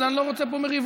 אז אני לא רוצה פה מריבות.